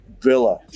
villa